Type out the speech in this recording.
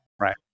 Right